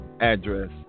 address